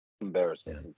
embarrassing